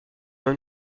même